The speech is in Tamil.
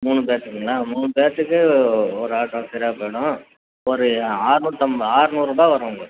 மூணு பேர்துக்குங்களா மூணு பேர்துக்கு ஒரு ஆட்டோ சரியாக போய்டும் ஒரு அறுநூத்தம் அறுநூறுபா வரும் உங்களுக்கு